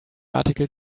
article